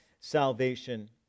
salvation